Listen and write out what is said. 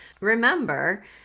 Remember